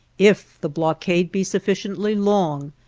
if the blockade be sufficiently long,